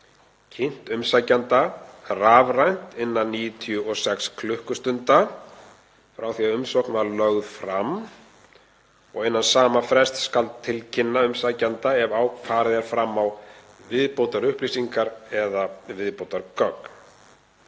kynnt umsækjanda rafrænt innan 96 klukkustunda frá því að umsókn var lögð fram og innan sama frests skal tilkynna umsækjanda ef farið er fram á viðbótarupplýsingar eða viðbótargögn.